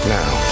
now